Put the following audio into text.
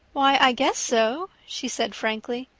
why, i guess so, she said frankly.